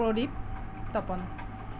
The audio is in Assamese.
প্ৰদীপ তপন